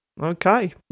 Okay